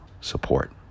support